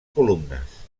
columnes